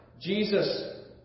Jesus